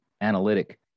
analytic